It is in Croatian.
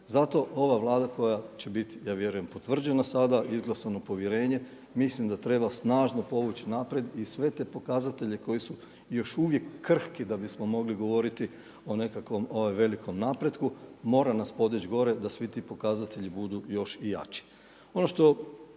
Zato ova Vlada koja će biti ja vjerujem potvrđena sada, izglasano povjerenje, mislim da treba snažno povući naprijed i sve te pokazatelje koji su još uvijek krhki da bismo mogli govoriti o nekakvom velikom napretku mora nas podići gore da svi ti pokazatelji budu još i jači.